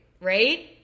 right